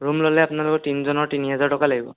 room ল'লে আপোনালোকৰ তিনিজনৰ তিনি হাজাৰ টকা লাগিব